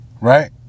Right